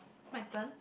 my turn